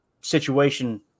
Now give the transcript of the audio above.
situation